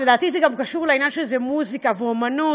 לדעתי זה גם היה קשור לעניין שזה מוזיקה ואמנות,